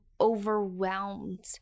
overwhelmed